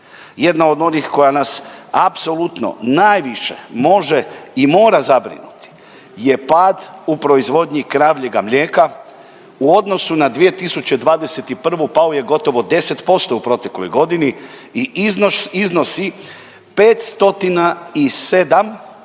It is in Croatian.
Jedna od onih koja nas apsolutno najviše može i mora zabrinuti je pad u proizvodnji kravljega mlijeka u odnosu na 2021. pao je gotovo 10% u protekloj godini i iznosi 507